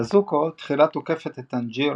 נזוקו תחילה תוקפת את טאנג'ירו,